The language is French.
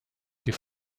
des